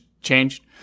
changed